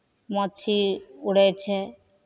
माछी उड़ै छै